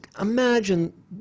Imagine